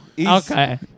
Okay